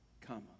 comma